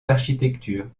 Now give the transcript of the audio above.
d’architecture